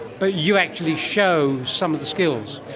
but you actually show some of the skills.